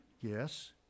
Yes